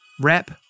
wrap